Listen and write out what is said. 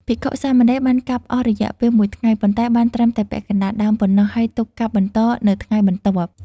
ភិក្ខុ-សាមណេរបានកាប់អស់រយៈពេលមួយថ្ងៃ ប៉ុន្តែបានត្រឹមតែពាក់កណ្តាលដើមប៉ុណ្ណោះ ហើយទុកកាប់បន្តនៅថ្ងៃបន្ទាប់។